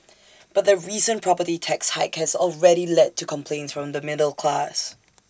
but the recent property tax hike has already led to complaints from the middle class